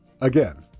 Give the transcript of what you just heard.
Again